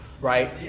right